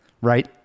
right